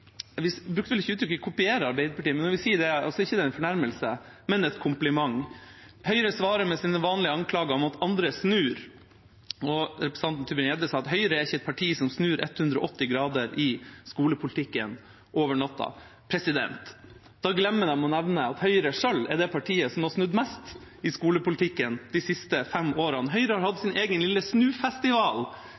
jeg kan forsikre Høyre om at frukten ikke sniker seg inn og stjeler skolebøkene til elevene. Den er bare sunn. Vi brukte vel ikke uttrykket «kopiere Arbeiderpartiet», men når vi sier dette, er det ikke en fornærmelse, men en kompliment. Høyre svarer med sine vanlige anklager om at andre snur, og representanten Tybring-Gjedde sa at Høyre ikke er et parti som snur 180 grader i skolepolitikken over natta. Da glemmer de å nevne at Høyre selv er det partiet som har snudd mest i skolepolitikken de siste fem årene. Høyre